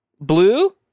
Blue